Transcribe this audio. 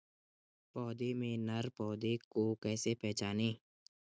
पौधों में नर पौधे को कैसे पहचानें?